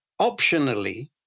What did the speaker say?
optionally